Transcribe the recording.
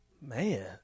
Man